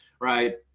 right